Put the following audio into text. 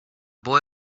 boy